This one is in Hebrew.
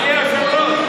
אדוני היושב-ראש,